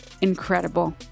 incredible